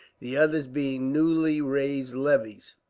the others being newly raised levies.